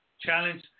challenge